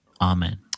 Amen